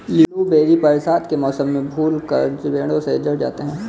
blueberry बरसात के मौसम में फूलकर पेड़ों से झड़ जाते हैं